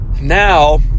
now